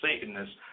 Satanists